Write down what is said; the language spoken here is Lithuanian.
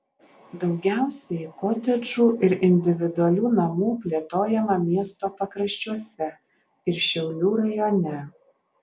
daugiausiai kotedžų ir individualių namų plėtojama miesto pakraščiuose ir šiaulių rajone